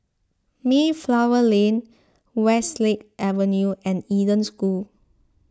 Mayflower Lane Westlake Avenue and Eden School